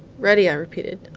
ready! i repeated.